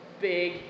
big